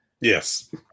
Yes